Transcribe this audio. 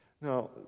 Now